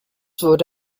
wurde